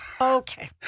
Okay